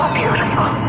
beautiful